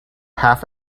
half